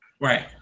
Right